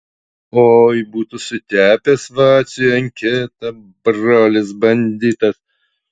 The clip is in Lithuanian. oi būtų sutepęs vaciui anketą brolis banditas